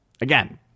again